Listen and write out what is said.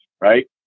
right